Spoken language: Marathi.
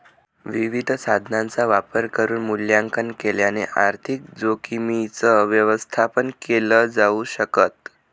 विविध साधनांचा वापर करून मूल्यांकन केल्याने आर्थिक जोखीमींच व्यवस्थापन केल जाऊ शकत